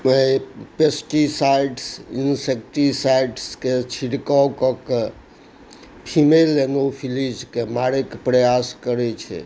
वएह पेस्टीसाइड्स इन्सेक्टिसाइड्सके छिड़काव कऽ कऽ फिमेल एनोफिलीजके मारैके प्रयास करै छै